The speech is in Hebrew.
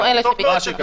אנחנו אלה שביקשנו.